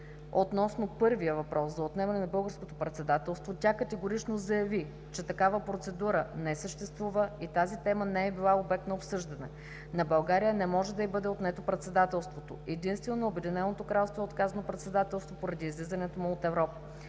Павлова въпроси – за отнемането на Българското председателство, тя категорично заяви, че такава процедура не съществува и тази тема не е била обект на обсъждане. На България не може да й бъде отнето председателството, а единствено на Обединеното кралство е отказано председателството, поради излизането му от Европа.